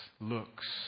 looks